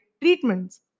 treatments